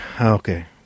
Okay